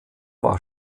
war